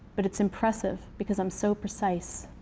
but it's impressive, because i'm so precise.